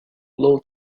blow